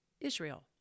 Israel